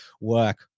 work